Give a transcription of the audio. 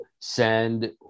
send